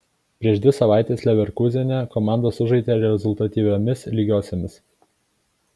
prieš dvi savaites leverkūzene komandos sužaidė rezultatyviomis lygiosiomis